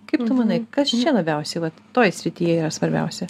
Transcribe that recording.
kaip tu manai kas čia labiausiai vat toj srityje yra svarbiausia